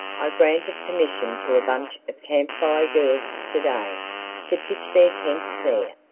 i granted permission to a bunch of camp fire girls today to pitch their tents there.